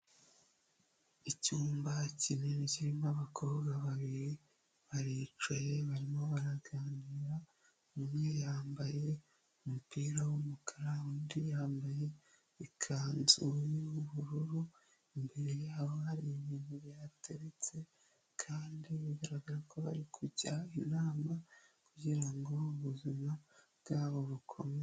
Icyumba kinini kirimo abakobwa babiri baricaye barimo baraganira, umwe yambaye umupira w'umukara undi yambaye ikanzu y'ubururu imbere yabo, hari ibintu bihateretse kandi bigaragara ko bari kujya inama kugira ngo ubuzima bwabo bukomeze.